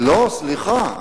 לא, סליחה.